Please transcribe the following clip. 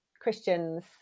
Christians